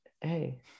Hey